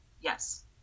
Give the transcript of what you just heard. yes